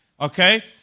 okay